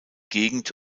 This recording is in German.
gegend